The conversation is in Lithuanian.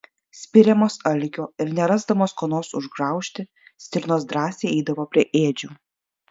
spiriamos alkio ir nerasdamos ko nors užgraužti stirnos drąsiai eidavo prie ėdžių